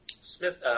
Smith